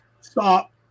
stop